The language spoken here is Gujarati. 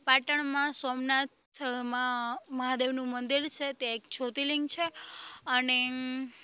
પાટણમાં સોમનાથમાં મહાદેવનું મંદિર છે તે એક જ્યોર્તિલિંગ છે અને